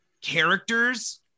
characters